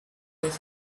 his